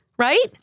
Right